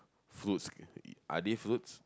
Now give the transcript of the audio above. fruits are they fruits